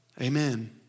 Amen